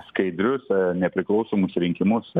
skaidrius nepriklausomus rinkimus